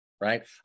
right